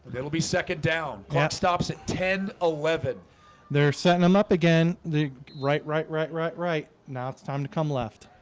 it'll be second down that stops at ten eleven they're setting them up again the right, right, right, right right. now it's time to come left.